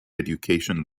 education